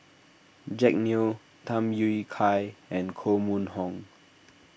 Jack Neo Tham Yui Kai and Koh Mun Hong